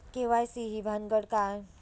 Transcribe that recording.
KYC ही भानगड काय?